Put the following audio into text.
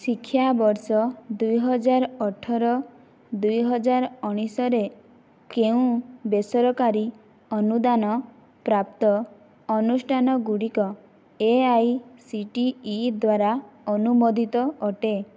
ଶିକ୍ଷାବର୍ଷ ଦୁଇ ହଜାର ଅଠର ଦୁଇ ହଜାର ଉଣେଇଶ ରେ କେଉଁ ବେସରକାରୀ ଅନୁଦାନ ପ୍ରାପ୍ତ ଅନୁଷ୍ଠାନ ଗୁଡ଼ିକ A I C T E ଦ୍ଵାରା ଅନୁମୋଦିତ ଅଟେ